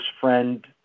friend